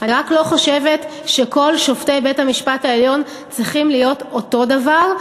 אני רק לא חושבת שכל שופטי בית-המשפט העליון צריכים להיות אותו דבר.